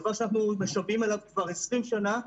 דבר שאנחנו משוועים לו כבר 20 שנה.